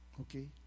Okay